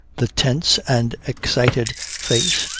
the tense and excited face,